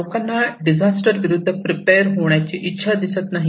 लोकांना डिझास्टर विरूद्ध प्रिपेअर होण्याची इच्छा दिसत नाही